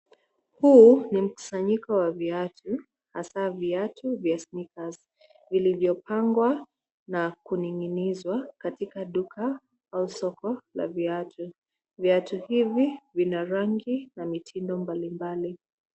Huu ni mkusanyiko wa viatu, hasa viatu vya sneakers vilivyopangwa na kuning'inizwa katika duka au soko la viatu. Viatu hivi vina rangi na mitindo mbalimbali.